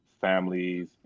families